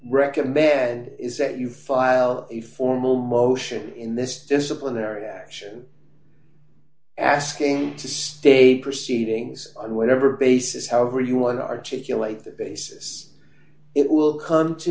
recommend is that you file a formal motion in this disciplinary action asking to stay proceedings on whatever basis however you want to articulate the basis it will come to